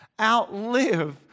outlive